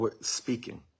speaking